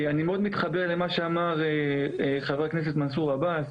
אני מאד מתחבר למה שאמר חה"כ מנסור עבאס,